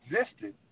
existed